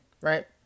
right